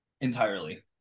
entirely